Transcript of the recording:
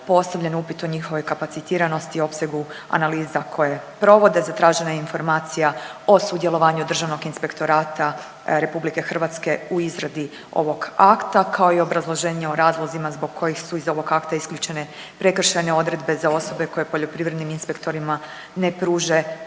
postavljen upit o njihovoj kapacitiranosti i opsegu analiza koje provode. Zatražena je informacija o sudjelovanju državnog inspektorata RH u izradi ovog akta kao i obrazloženje o razlozima zbog kojih su iz ovog akta isključene prekršajne odredbe za osobe koje poljoprivrednim inspektorima ne pruže